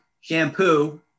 shampoo